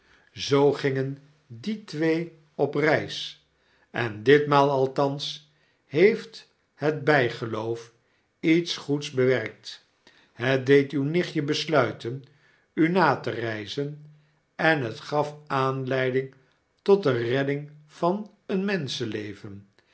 zoo gingen die twee op reis en ditmaal althans heeft het bflgeloof iets goeds bewerkt het deed uw nichtje besluiten u na te reizen en het gaf aanleiding tot de redding van een